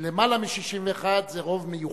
יותר מ-61 זה רוב מיוחד.